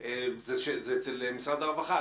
זה אצל משרד הרווחה.